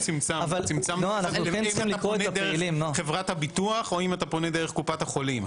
אם אתה פונה דרך חברת הביטוח או אם אתה פונה דרך קופת החולים,